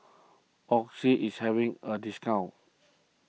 Oxy is having a discount